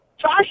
Josh